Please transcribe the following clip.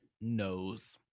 knows